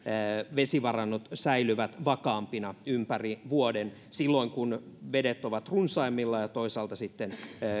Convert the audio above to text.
vesivarannot säilyvät vakaampina ympäri vuoden silloin kun vedet ovat runsaimmillaan ja toisaalta sitten